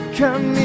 come